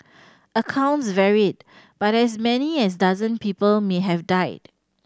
accounts varied but as many as dozen people may have died